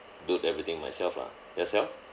billed everything myself lah yourself